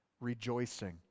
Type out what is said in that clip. rejoicing